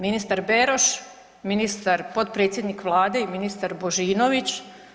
Ministar Beroš, ministar, potpredsjednik Vlade i ministar Božinović.